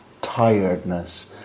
tiredness